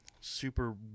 super